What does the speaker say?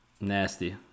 Nasty